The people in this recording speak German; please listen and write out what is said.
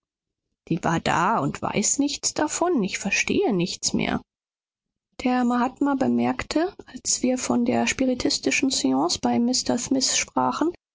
sie war da und weiß nichts davon ich verstehe nichts mehr der mahatma bemerkte als wir von der spiritistischen seance bei mr smith sprachen